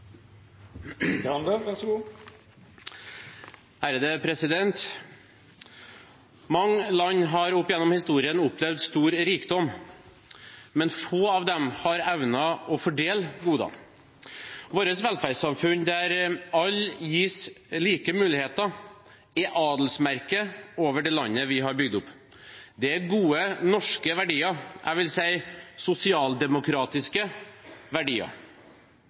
andre bærekraftsmålene. Så er det ulike måter å ha partnerskap på, og dette er ett av mange eksempler. Replikkordskiftet er omme. Mange land har opp gjennom historien opplevd stor rikdom, men få av dem har evnet å fordele godene. Vårt velferdssamfunn, der alle gis like muligheter, er adelsmerket over det landet vi har bygd opp. Det er gode norske